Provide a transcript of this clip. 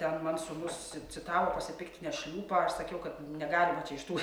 ten man sūnus si citavo pasipiktinęs šliūpą aš sakiau kad negalima čia iš tų